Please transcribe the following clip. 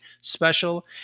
special